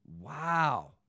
wow